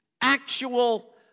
actual